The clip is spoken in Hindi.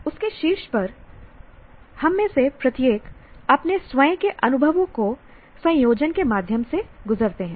उसके शीर्ष पर हम में से प्रत्येक अपने स्वयं के अनुभवों के संयोजन के माध्यम से गुजरते है